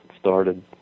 started